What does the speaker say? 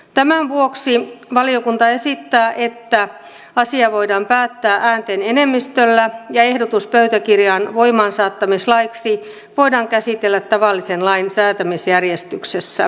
tämän vuoksi valiokunta esittää että asia voidaan päättää ääntenenemmistöllä ja ehdotus pöytäkirjan voimaansaattamislaiksi voidaan käsitellä tavallisen lain säätämisjärjestyksessä